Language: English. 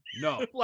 No